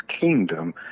kingdom